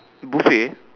buffet